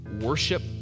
worship